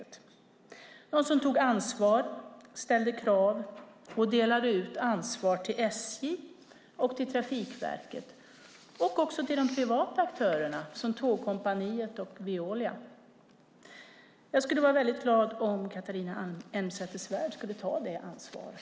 Det handlar om någon som tar ansvar, ställde krav och delade ut ansvar till SJ och Trafikverket och också de privata aktörerna som Tågkompaniet och Veolia. Jag skulle vara väldigt glad om Catharina Elmsäter-Svärd skulle ta det ansvaret.